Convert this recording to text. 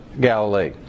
Galilee